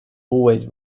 always